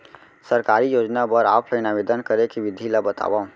सरकारी योजना बर ऑफलाइन आवेदन करे के विधि ला बतावव